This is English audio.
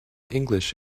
english